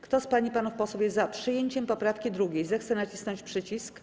Kto z pań i panów posłów jest za przyjęciem poprawki 2., zechce nacisnąć przycisk.